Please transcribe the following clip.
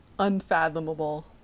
unfathomable